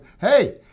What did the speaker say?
hey